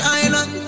island